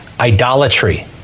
Idolatry